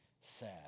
sad